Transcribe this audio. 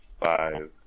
five